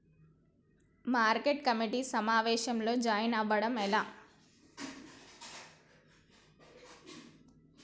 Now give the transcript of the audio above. Market committee సమావేశంలో join అవ్వడం ఎలా?